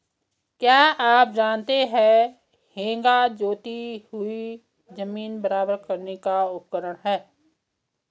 क्या आप जानते है हेंगा जोती हुई ज़मीन बराबर करने का उपकरण है?